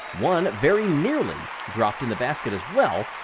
one very nearly dropped in the basket as well.